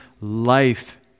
life